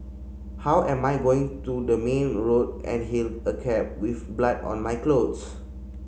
how am I going to the main road and hail a cab with blood on my clothes